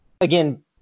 again